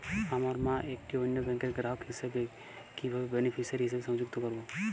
আমার মা একটি অন্য ব্যাংকের গ্রাহক হিসেবে কীভাবে বেনিফিসিয়ারি হিসেবে সংযুক্ত করব?